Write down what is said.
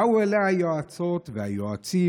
באו אליה היועצות והיועצים,